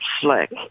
slick